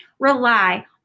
rely